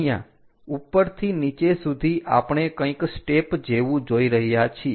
અહીંયા ઉપરથી નીચે સુધી આપણે કંઈક સ્ટેપ જેવું જોઈ રહ્યા છીએ